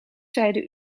zeiden